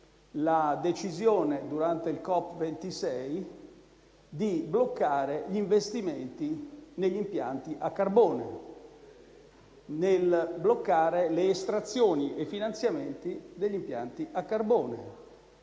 la decisione di bloccare gli investimenti negli impianti a carbone, di bloccare le estrazioni e i finanziamenti degli impianti a carbone.